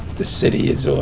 the city is so